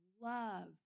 love